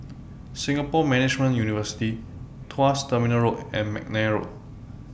Singapore Management University Tuas Terminal Road and Mcnair Road